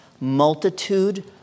multitude